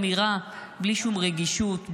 אמירה בלי שום רגישות,